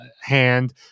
hand